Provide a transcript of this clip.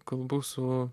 kalbu su